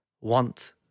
want